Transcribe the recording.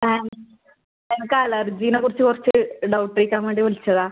ഞാൻ എനിക്ക് അലർജീനെ കുറിച്ച് കുറച്ച് ഡൗട്ട് ചോദിക്കാൻ വേണ്ടി വിളിച്ചതാ